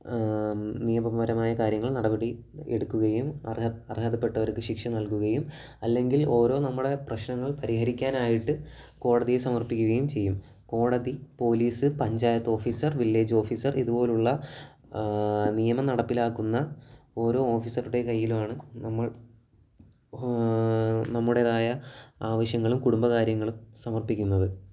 നിയമപരമായ കാര്യങ്ങൾ നടപടി എടുക്കുകയും അർഹത അർഹതപ്പെട്ടവർക്ക് ശിക്ഷ നൽകുകയും അല്ലെങ്കിൽ ഓരോ നമ്മുടെ പ്രശ്നങ്ങൾ പരിഹരിക്കാനായിട്ടു കോടതിയിൽ സമർപ്പിക്കുകയും ചെയ്യും കോടതി police panchayat officer village officer ഇതുപോലെയുള്ള നിയമം നടപ്പിലാക്കുന്ന ഓരോ ഓഫീസറുടെ കയ്യിലുമാണ് നമ്മൾ നമ്മുടേതായ ആവശ്യങ്ങളും കുടുംബകാര്യങ്ങളും സമർപ്പിക്കുന്നത്